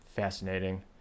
Fascinating